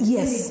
Yes